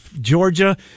Georgia